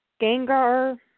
Gengar